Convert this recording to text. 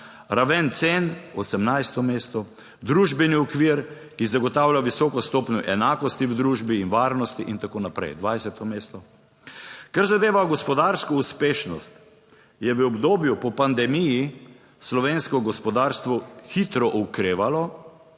raven cen, 18. mesto, družbeni okvir, ki zagotavlja visoko stopnjo enakosti v družbi in varnosti in tako naprej, 20. mesto. Kar zadeva gospodarsko uspešnost, je v obdobju po pandemiji slovensko gospodarstvo hitro okrevalo,